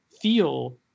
feel